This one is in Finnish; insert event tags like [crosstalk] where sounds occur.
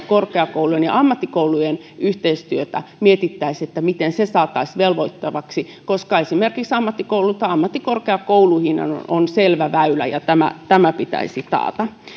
[unintelligible] korkeakoulujen ja ammattikoulujen yhteistyötä mietittäisiin miten se saataisiin velvoittavaksi koska esimerkiksi ammattikouluista ammattikorkeakouluihinhan on selvä väylä ja tämä tämä pitäisi taata